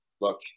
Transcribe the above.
Look